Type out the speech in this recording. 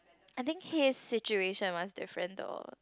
I think his situation was different though